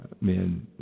men